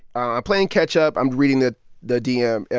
i'm playing catch-up i'm reading the the dm.